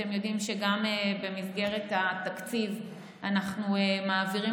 אתם יודעים שגם במסגרת התקציב אנחנו מעבירים